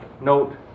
Note